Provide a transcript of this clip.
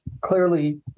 clearly